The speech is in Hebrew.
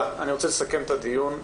אני רוצה לסכם את הדיון.